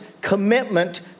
commitment